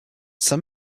some